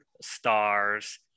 stars